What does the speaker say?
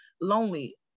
lonely